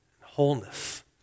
wholeness